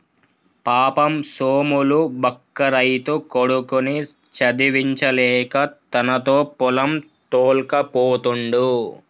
పాపం సోములు బక్క రైతు కొడుకుని చదివించలేక తనతో పొలం తోల్కపోతుండు